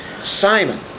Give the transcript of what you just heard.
Simon